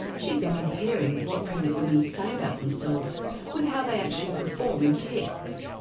she's been comparing what pregnant women say about themselves with how they actually perform in tests.